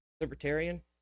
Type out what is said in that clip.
libertarian